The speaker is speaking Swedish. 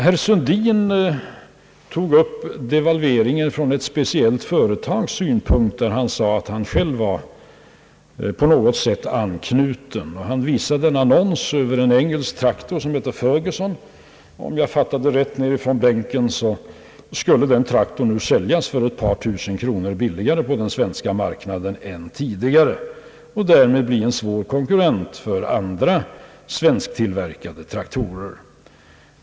Herr Sundin tog upp devalveringen från ett speciellt företags synpunkt, till vilket han själv på något sätt är anknuten. Han visade en annons för en engelsk traktor, Ferguson, som om jag uppfattade honom rätt nu skulle säljas ett par tusen kronor billigare på den svenska marknaden än tidigare och därmed bli en svår konkurrent för andra, svensktillverkade traktorer.